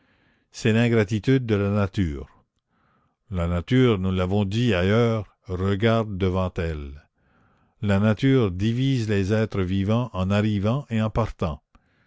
c'est l'ingratitude de la nature la nature nous l'avons dit ailleurs regarde devant elle la nature divise les êtres vivants en arrivants et en partants